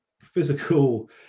physical